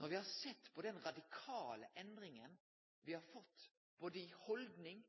Når me har sett på den radikale endringa me har fått både i haldning